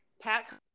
Pat